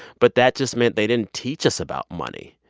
but that just meant they didn't teach us about money.